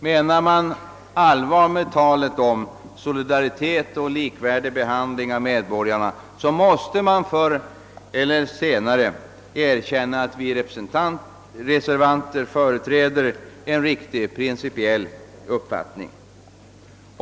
Menar man allvar med talet om solidaritet och likvärdig behandling av medborgarna måste man förr eller senare erkänna att vi reservanter företräder en riktig principiell uppfattning.